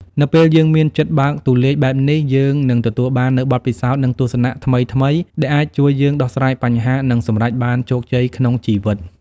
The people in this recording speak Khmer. នៅពេលយើងមានចិត្តបើកទូលាយបែបនេះ យើងនឹងទទួលបាននូវ បទពិសោធន៍ និងទស្សនៈថ្មីៗ ដែលអាចជួយយើងដោះស្រាយបញ្ហា និងសម្រេចបានជោគជ័យក្នុងជីវិត។